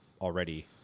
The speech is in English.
already